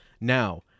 now